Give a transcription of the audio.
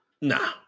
Nah